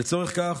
לצורך כך,